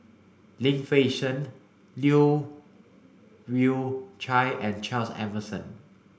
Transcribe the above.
Lim Fei Shen Leu Yew Chye and Charles Emmerson